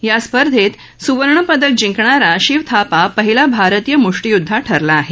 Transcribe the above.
या स्पर्धेत सुवर्णपदक जिंकणारा शिव थापा पहिला भारतीय मुष्टियोद्धा ठरला आहे